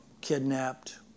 kidnapped